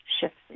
shifts